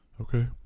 Okay